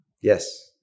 Yes